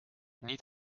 niet